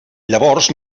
llavors